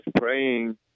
praying